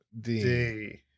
-D